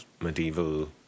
medieval